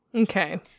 Okay